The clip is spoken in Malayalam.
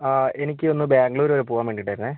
ആ എനിക്ക് ഒന്ന് ബാംഗ്ലൂർ വരെ പോകാൻ വേണ്ടിയിട്ട് ആയിരുന്നേ